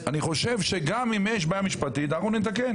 אני חושב שגם אם יש בעיה משפטית אנחנו נתקן,